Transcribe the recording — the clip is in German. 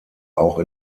auch